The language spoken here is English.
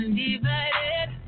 divided